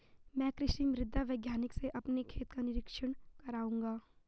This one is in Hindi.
मैं कृषि मृदा वैज्ञानिक से अपने खेत का निरीक्षण कराऊंगा